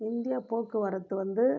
India போக்குவரத்து வந்து